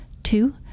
two